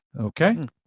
okay